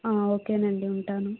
ఆ ఓకే నండి ఉంటాను